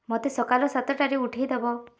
ମୋତେ ସକାଳ ସାତଟାରେ ଉଠାଇ ଦେବ